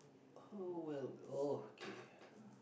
oh well okay